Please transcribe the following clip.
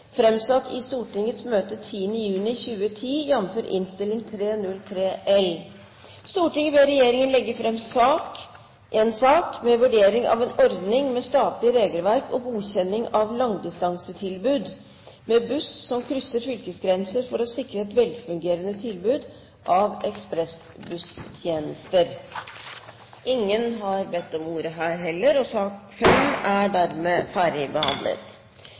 framsatt i Stortingets møte 10. juni 2010: «Stortinget ber regjeringen legge frem en sak med vurdering av en ordning med statlig regelverk og godkjenning av langdistansetilbud med buss som krysser fylkesgrenser for å sikre et velfungerende tilbud av ekspressbusstjenester.» Under debatten er det satt fram to forslag. Det er forslag nr. 1, fra Per Roar Bredvold på vegne av Fremskrittspartiet og